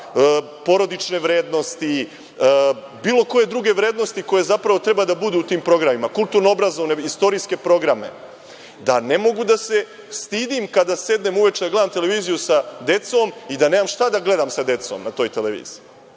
porodične vrednosti, bilo koje druge vrednosti koje zapravo treba da budu u tim programima, kulturno-obrazovne, istorijske programe, da ne mogu da se stidim kada sednem uveče da gledam televiziju sa decom i da nemam šta da gledam sa decom na toj televiziji. Znači,